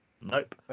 Nope